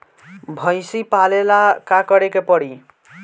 भइसी पालेला का करे के पारी?